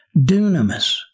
Dunamis